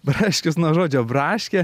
braškius nuo žodžio braškė